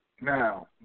Now